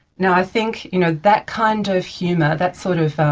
now i think you know that kind of humour, that sort of,